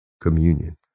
communion